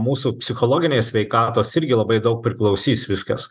mūsų psichologinės sveikatos irgi labai daug priklausys viskas